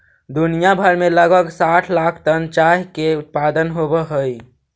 दुनिया भर में लगभग साठ लाख टन चाय के उत्पादन होब हई